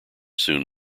soon